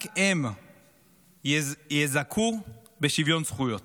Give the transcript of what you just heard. רק הם יזכו בשוויון זכויות.